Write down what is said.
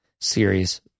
series